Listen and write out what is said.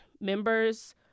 members